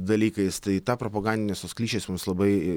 dalykais tai tą propagandinės tos klišės mums labai